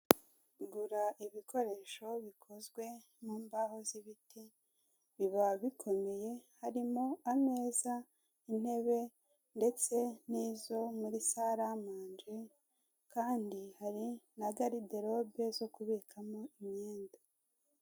Gura ibikoresho bikozwe mu mbaho z'ibiti, biba bikemeye. Harimo, ameza intebe ndetse n'izo muri "salle à manger" kandi hari na "garde lobe" zo kubikamo imyenda.